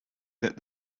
that